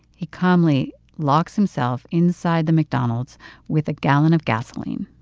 he calmly locks himself inside the mcdonald's with a gallon of gasoline.